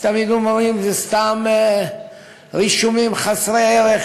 ותמיד אומרים: זה סתם רישומים חסרי ערך